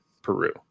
Peru